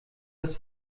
das